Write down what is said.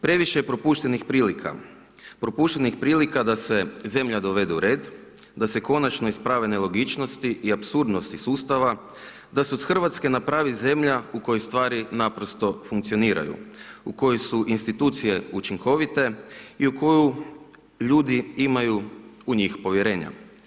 Previše je propuštenih prilika, propuštenih prilika da se zemlja dovede u red, da se konačno isprave nelogičnosti i apsurdnosti sustava, da se od Hrvatske napravi zemlja, u kojoj stvari naprosto funkcioniraju, u kojoj su institucije učinkovite i u koju ljudi imaju u njih povjerenja.